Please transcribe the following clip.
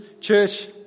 church